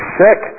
sick